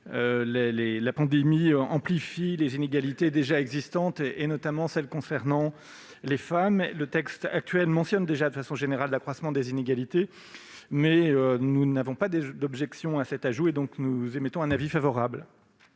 la pandémie amplifie les inégalités existantes, notamment celles qui concernent les femmes. Le texte actuel mentionne déjà de façon générale l'accroissement des inégalités, mais nous n'avons pas d'objection à cet ajout. La commission émet donc un avis favorable